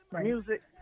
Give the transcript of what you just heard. music